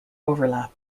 overlap